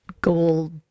gold